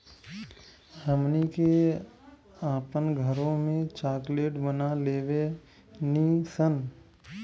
हमनी के आपन घरों में चॉकलेट बना लेवे नी सन